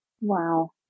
Wow